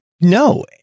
No